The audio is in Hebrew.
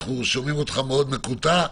אנחנו שומעים אותך באופן מקוטע מאוד.